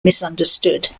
misunderstood